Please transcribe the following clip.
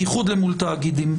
בייחוד אל מול תאגידים,